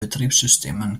betriebssystemen